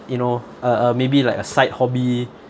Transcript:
you know uh uh maybe like a side hobby